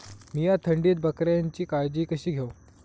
मीया थंडीत बकऱ्यांची काळजी कशी घेव?